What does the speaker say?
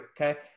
Okay